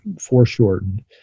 foreshortened